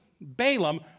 Balaam